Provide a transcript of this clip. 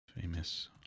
Famous